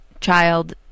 child